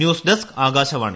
news desk Akashvani